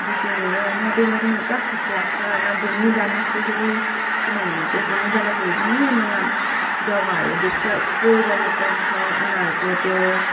विशेष गरेर होइन त्यो देख्दा चाहिँ मलाई पुरा खुसी लाग्छ घुम्नु जानु स्पेसली किनभने चाहिँ घुम्नु जाँदाखेरि चाहिँ नयाँ नयाँ जग्गाहरू देख्छ एक्सप्लोर गर्नु पाउँछ उनीहरूको त्यो